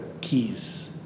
keys